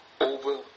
over